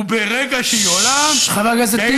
וברגע שהיא עולה, חבר הכנסת טיבי.